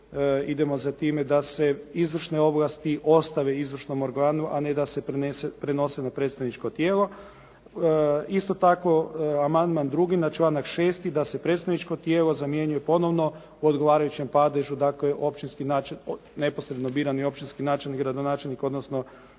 idemo za time da se izvršne ovlasti ostave izvršnom organu a ne da se prenose na predstavničko tijelo. Isto tako amandman 2. na članak 6. da se prestavničko tijelo zamjenjuje ponovno u odgovarajućem padežu, dakle, općinski, neposredno biran općinski načelnik i gradonačelnik, odnosno